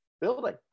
building